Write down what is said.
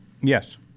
Yes